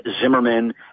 Zimmerman